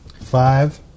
Five